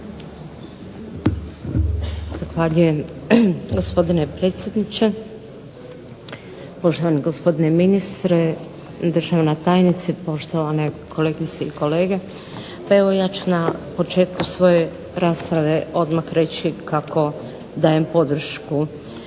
Zahvaljujem, gospodine predsjedniče. Poštovani gospodine ministre, državna tajnice, poštovane kolegice i kolege. Pa evo ja ću na početku svoje rasprave odmah reći kako dajem podršku